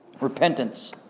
Repentance